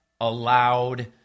allowed